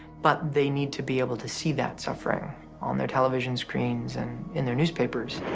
but they need to be able to see that suffering on their television screens and in their newspapers.